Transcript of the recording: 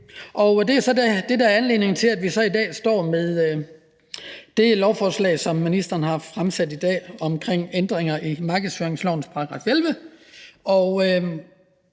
der er anledningen til, at vi i dag står med det lovforslag, som ministeren har fremsat, om ændringer i markedsføringslovens § 11.